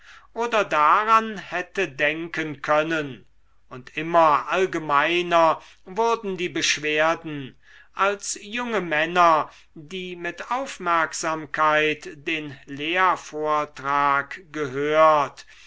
oder daran hätte denken können und immer allgemeiner wurden die beschwerden als junge männer die mit aufmerksamkeit den lehrvortrag gehört